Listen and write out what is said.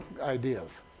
ideas